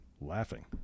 laughing